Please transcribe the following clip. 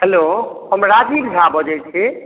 hello हम राजीव झा बजैत छी